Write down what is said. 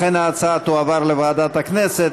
לכן ההצעה תועבר לוועדת הכנסת,